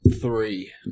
three